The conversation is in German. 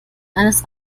eines